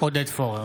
עודד פורר,